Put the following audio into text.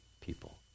people